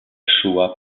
shoah